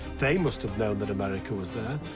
they must have known that america was there,